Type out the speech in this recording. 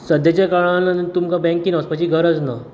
सद्द्याच्या काळांत तुमकां बँकेन वचपाची गरज ना